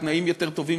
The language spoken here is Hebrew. תנאים יותר טובים,